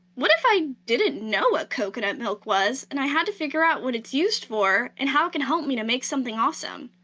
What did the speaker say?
what if i didn't know what coconut milk was, and i had to figure out what it's used for and how it can help me to make something awesome?